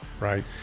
right